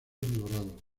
dorado